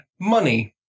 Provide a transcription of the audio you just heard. money